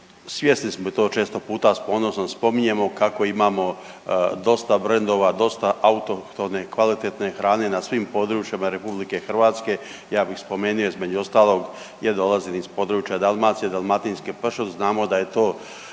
Svjesni smo i to često puta s ponosom spominjemo kako imamo dosta brendova, dosta autohtone kvalitetne hrane na svim područjima RH, ja bih spomenio, između ostalog, ja dolazim iz područja Dalmacije, dalmatinski pršut, znamo da je to